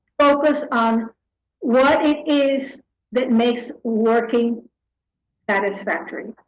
focus on what it is that makes working satisfactory.